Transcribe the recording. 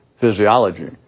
physiology